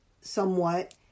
somewhat